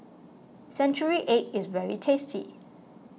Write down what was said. Century Egg is very tasty